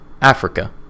Africa